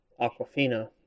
Aquafina